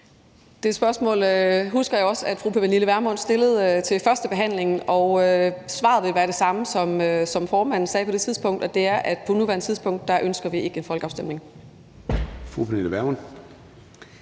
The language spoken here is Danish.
Det spørgsmål husker jeg også fru Pernille Vermund stillede under førstebehandlingen, og svaret vil være det samme som det, vores formand gav på det tidspunkt, og det er, at på nuværende tidspunkt ønsker vi ikke en folkeafstemning.